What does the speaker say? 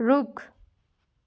रुख